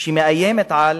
שמאיימת על